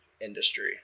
industry